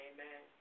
Amen